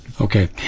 okay